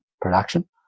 production